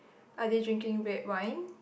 are they drinking red wine